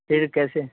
پھر کیسے